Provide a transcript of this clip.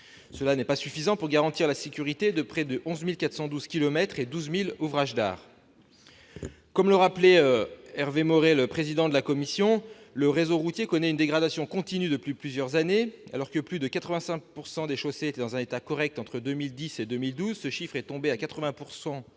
Cela n'est pas suffisant pour garantir la sécurité de près de 11 412 kilomètres de voirie et de 12 000 ouvrages d'art. Comme l'a rappelé le président de la commission, Hervé Maurey, le réseau routier connaît une dégradation continue depuis plusieurs années. Alors que plus de 85 % des chaussées étaient dans un état correct entre 2010 et 2012, ce taux est tombé à 83